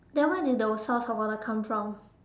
then where did the source of water come from